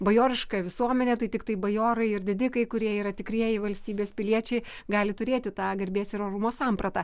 bajoriška visuomenė tai tiktai bajorai ir didikai kurie yra tikrieji valstybės piliečiai gali turėti tą garbės ir orumo sampratą